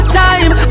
time